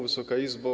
Wysoka Izbo!